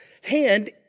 hand